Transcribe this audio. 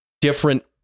different